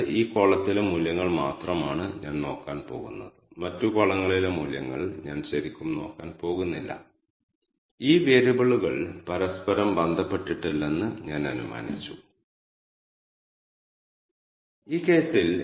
ഈ ഒബ്ജക്റ്റ് വീണ്ടും നിങ്ങൾക്ക് ചില വിവരങ്ങൾ അറിയാൻ താൽപ്പര്യമുള്ള ഏതെങ്കിലും R ഒബ്ജക്റ്റാണ്